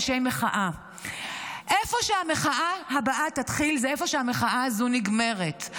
אנשי מחאה: איפה שהמחאה הבאה תתחיל זה איפה שהמחאה הזו נגמרת.